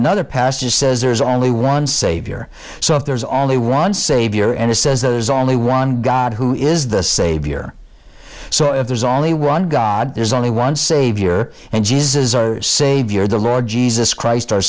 another pastor says there's only one savior so if there's only one savior and it says there's only one god who is the savior so if there's only one god there's only one savior and jesus our savior the lord jesus christ our